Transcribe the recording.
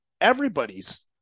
everybody's